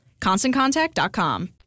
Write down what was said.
ConstantContact.com